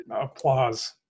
applause